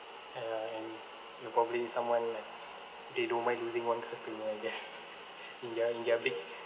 uh and you're probably someone like they don't mind losing one customer I guess in their in their big